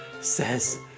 says